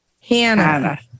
Hannah